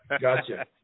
Gotcha